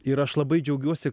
ir aš labai džiaugiuosi